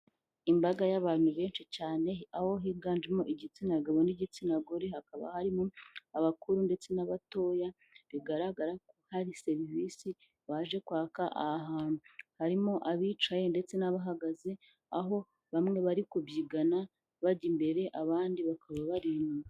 Imbaga y'abantu benshi cyane aho higanjemo igitsina gabo n'igitsina gore, hakaba harimo abakuru ndetse n'abatoya bigaragara ko hari serivisi baje kwaka aha hantu, harimo abicaye ndetse n'abahagaze aho bamwe bari kubyigana bajya imbere abandi bakaba bari inyuma.